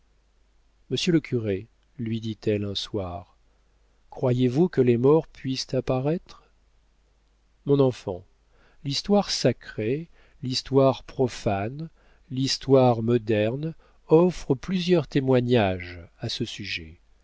monsieur le curé lui dit-elle un soir croyez-vous que les morts puissent apparaître mon enfant l'histoire sacrée l'histoire profane l'histoire moderne offrent plusieurs témoignages à ce sujet